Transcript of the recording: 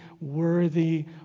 worthy